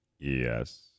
Yes